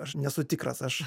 aš nesu tikras aš